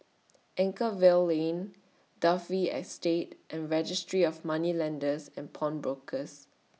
Anchorvale Lane Dalvey Estate and Registry of Moneylenders and Pawnbrokers